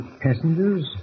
passengers